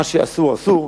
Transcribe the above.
מה שאסור אסור,